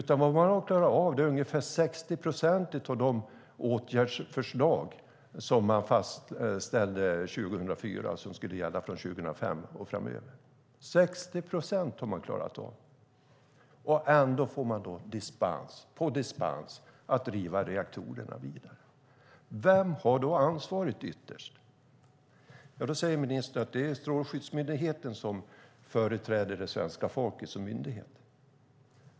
Det man har klarat av är ungefär 60 procent av de åtgärdsförslag som fastställdes 2004 och som skulle gälla från 2005 och framöver. 60 procent har man klarat av. Ändå får man dispens på dispens för att driva reaktorerna. Vem har då ansvaret ytterst? Ministern säger att det är Strålsäkerhetsmyndigheten som företräder svenska folket som myndighet.